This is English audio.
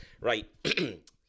Right